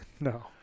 No